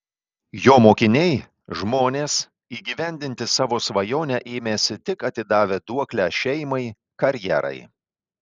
jo mokiniai žmonės įgyvendinti savo svajonę ėmęsi tik atidavę duoklę šeimai karjerai